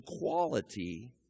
quality